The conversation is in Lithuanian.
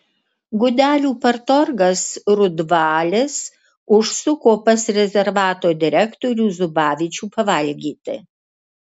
gudelių partorgas rudvalis užsuko pas rezervato direktorių zubavičių pavalgyti